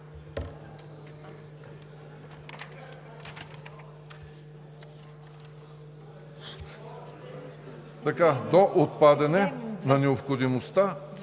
до отпадане на необходимостта